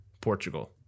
Portugal